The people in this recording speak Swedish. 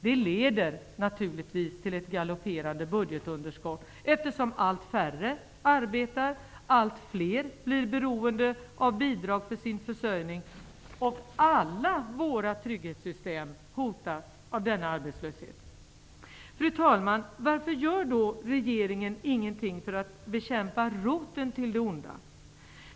Det leder naturligtvis till ett galopperande budgetunderskott, eftersom allt färre arbetar, allt fler blir beroende av bidrag för sin försörjning och alla våra trygghetssystem hotas av denna arbetslöshet. Fru talman! Varför gör då regeringen ingenting för att bekämpa roten till det onda?